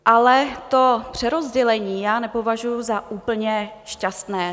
Ale to přerozdělení nepovažuji za úplně šťastné.